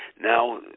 now